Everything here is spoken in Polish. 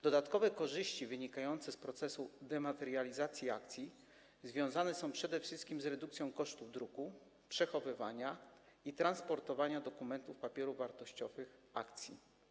Dodatkowe korzyści wynikające z procesu dematerializacji akcji związane są przede wszystkim z redukcją kosztów druku, przechowywania i transportowania dokumentów papierów wartościowych - akcji.